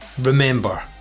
remember